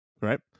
right